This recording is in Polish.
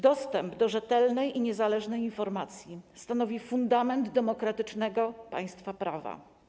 Dostęp do rzetelnej i niezależnej informacji stanowi fundament demokratycznego państwa prawa.